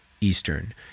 Eastern